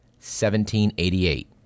1788